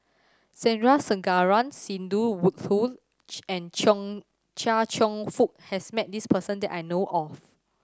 Sandrasegaran Sidney Woodhull and Cheng Chia Cheong Fook has met this person that I know of